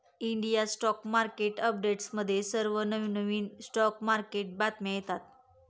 India stock market अपडेट्समध्ये सर्व नवनवीन स्टॉक मार्केट बातम्या येतात